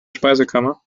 speisekammer